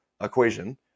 equation